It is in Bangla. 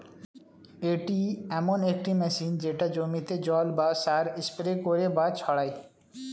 এটি এমন একটি মেশিন যেটা জমিতে জল বা সার স্প্রে করে বা ছড়ায়